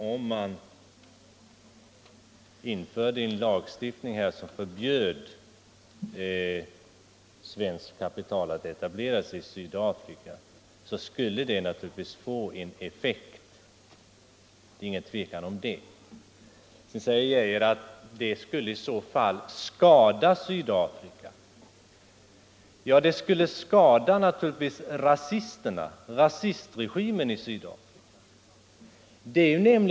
Om man införde en lag som förbjöd svenskt kapital att etablera sig i Sydafrika skulle det naturligtvis få en effekt, det är inget tvivel om det. Ett sådant förbud skulle skada sydafrikanerna, fortsätter herr Geijer. Ja, det skulle naturligtvis skada rasistregimen i Sydafrika.